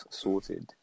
sorted